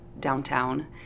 downtown